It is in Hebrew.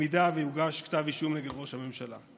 יוגש כתב אישום נגד ראש הממשלה.